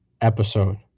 episode